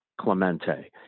Clemente